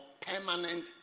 permanent